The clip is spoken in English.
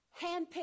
Handpicked